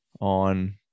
on